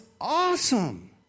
awesome